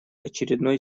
очередной